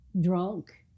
drunk